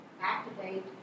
Activate